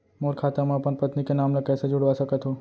मोर खाता म अपन पत्नी के नाम ल कैसे जुड़वा सकत हो?